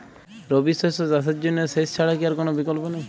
রবি শস্য চাষের জন্য সেচ ছাড়া কি আর কোন বিকল্প নেই?